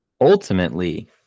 ultimately